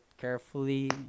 carefully